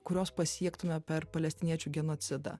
kurios pasiektume per palestiniečių genocidą